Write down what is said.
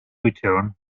return